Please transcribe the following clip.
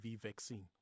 vaccine